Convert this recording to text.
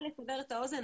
רק לסבר את האוזן,